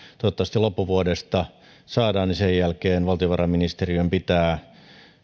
toivottavasti loppuvuodesta saadaan sen jälkeen valtiovarainministeriön pitää